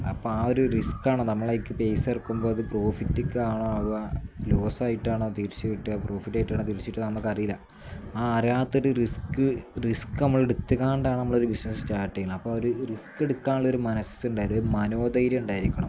അപ്പം ആ ഒരു റിസ്ക്ക ആണോ നമ്മൾക്ക് പൈസ ഇറക്കുമ്പോൾ അത് പ്രോഫിറ്റിക്കാണോ ലോസ് ആയിട്ടാണോ തിരിച്ച് കിട്ടുക പ്രോഫിറ്റ് ആയിട്ടാണോ തിരിച്ച് കിട്ടുക നമുക്ക് അറിയില്ല ആ അറിയാത്തൊരു റിസ്ക് റിസ്ക്ക് നമ്മൾ എടുത്തത് കൊണ്ടാണ് നമ്മൾ ഒരു ബിസിനസ് സ്റ്റാർട്ട ചെയ്യുന്നത് അപ്പോൾ ആ ഒരു റിസ്ക് എടുക്കാനുള്ളൊരു മനസ്സുണ്ടായിരുന്നു ഒരു മനോദൈര്യം ഉണ്ടായിരിക്കണം